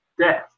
Death